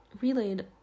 relayed